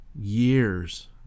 years